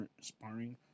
sparring